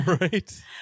right